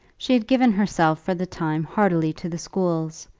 she had given herself for the time heartily to the schools,